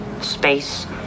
space